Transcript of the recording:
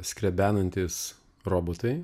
skrebenantys robotai